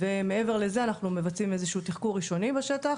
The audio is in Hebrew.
ומעבר לזה אנחנו מבצעים איזשהו תחקור ראשוני בשטח,